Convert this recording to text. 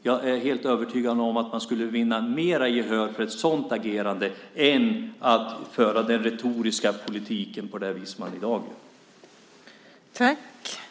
Jag är helt övertygad om att ett sådant agerande skulle vinna mer gehör än retorisk politik på det sätt som i dag sker.